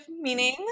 meaning